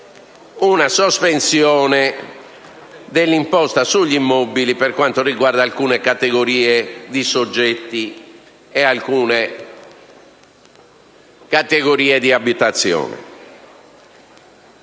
una sospensione dell'imposta sugli immobili per alcune categorie di soggetti e alcune categorie di abitazioni.